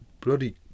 bloody